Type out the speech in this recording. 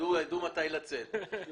ידעו מתי לצאת,